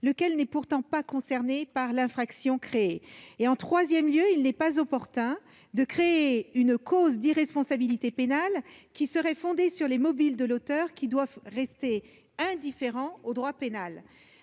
lequel n'est pourtant pas concerné par l'infraction créée. En troisième lieu, il n'est pas opportun de créer une cause d'irresponsabilité pénale fondée sur les mobiles de l'auteur, car, en droit pénal,